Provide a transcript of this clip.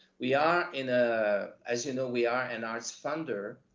we are in a, as you know, we are an arts funder.